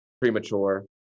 premature